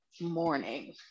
morning